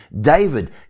David